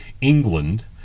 England